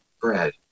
Bread